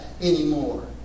anymore